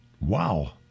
Wow